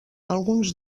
alguns